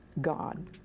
God